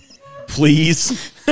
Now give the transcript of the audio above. Please